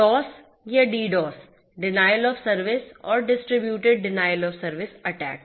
DoS या DDoS Denial of service और distributed denial of service attack